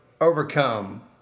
overcome